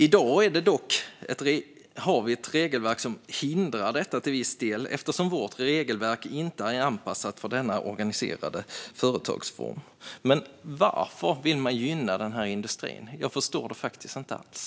I dag har vi dock ett regelverk som till viss del hindrar detta eftersom regelverket inte är anpassat för denna organiserade företagsform. Varför vill man gynna denna industri? Jag förstår det faktiskt inte alls.